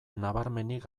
nabarmenik